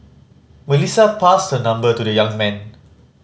Melissa passed her number to the young man